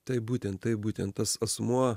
taip būtent taip būtent tas asmuo